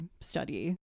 study